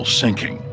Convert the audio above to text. sinking